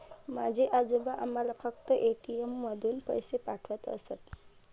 माझे आजोबा आम्हाला फक्त ए.टी.एम मधून पैसे पाठवत असत